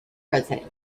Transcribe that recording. president